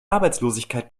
arbeitslosigkeit